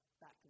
back